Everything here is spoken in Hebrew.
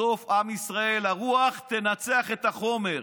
בסוף בעם ישראל הרוח תנצח את החומר.